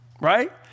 right